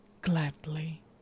gladly